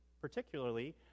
particularly